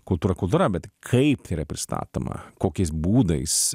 kultūra kultūra bet kaip tai yra pristatoma kokiais būdais